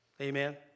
Amen